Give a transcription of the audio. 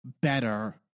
better